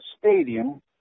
stadium